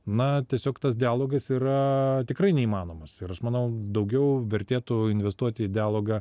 na tiesiog tas dialogas yra tikrai neįmanomas ir aš manau daugiau vertėtų investuoti į dialogą